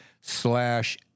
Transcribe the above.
slash